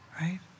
right